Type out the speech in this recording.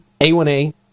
A1A